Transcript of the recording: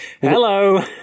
hello